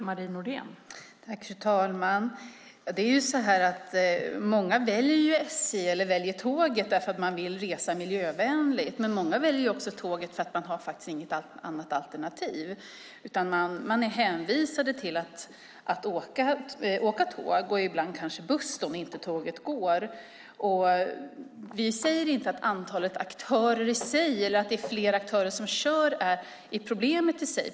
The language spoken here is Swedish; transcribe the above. Fru talman! Många väljer SJ, tåget, därför att de vill resa miljövänligt, men många väljer tåget därför att de har inget annat alternativ. De är hänvisade till att åka tåg eller ibland buss om inte tåget går. Vi säger inte att antalet aktörer i sig eller fler aktörer som kör tåg är problemet.